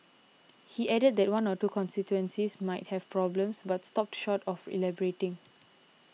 he added that one or two constituencies might have problems but stopped short of elaborating